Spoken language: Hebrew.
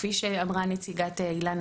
כפי שאמרה נציגת איל"ן,